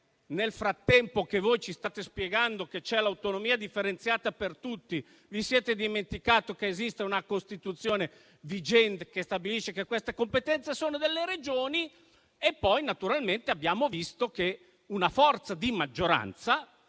perché mentre voi ci state spiegando che c'è l'autonomia differenziata per tutti, vi siete dimenticati che esiste una Costituzione vigente che stabilisce che queste competenze sono delle Regioni, e poi, naturalmente, abbiamo visto che una forza di maggioranza,